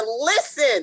listen